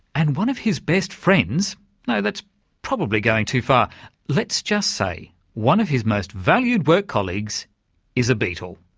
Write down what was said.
and one of his best friends no, that's probably going too far let's just say one of his most valued work colleagues is a beetle.